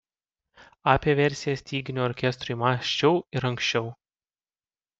apie versiją styginių orkestrui mąsčiau ir anksčiau